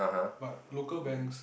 but local banks